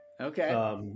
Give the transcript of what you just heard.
Okay